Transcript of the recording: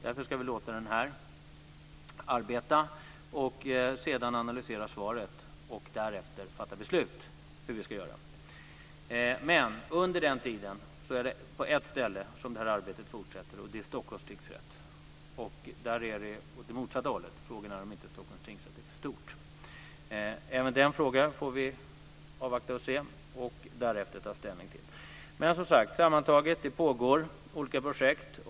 Därför ska vi låta utredningen arbeta, analysera svaret och sedan fatta beslut. Men under den tiden fortsätter detta arbete på ett ställe, och det är vid Stockholms tingsrätt. Där är förhållandet det motsatta. Frågan är om inte Stockholms tingsrätt är för stor. Även den frågan får vi avvakta, och därefter får vi ta ställning. Sammantaget: Det pågår olika projekt.